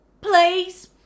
Please